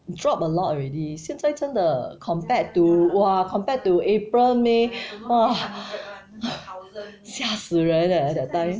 drop a lot already 现在真的 compared to !wah! compared to april may !wah! 吓死人 leh that time